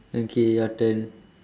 okay your turn